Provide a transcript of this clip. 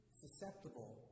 susceptible